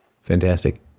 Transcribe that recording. Fantastic